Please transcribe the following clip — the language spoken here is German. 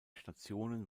stationen